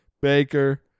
Baker